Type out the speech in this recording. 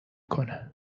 کنه